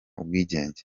ubwigenge